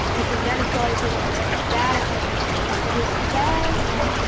is it venezuela is is that as bad as ah as everyone says? like,